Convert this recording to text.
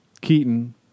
Keaton